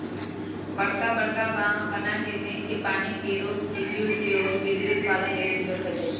बरका बरका बांह बना के मेघ के पानी के रोक कृषि उपयोग, बिजली उत्पादन लेल उपयोग कएल जाइ छइ